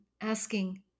asking